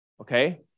Okay